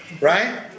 Right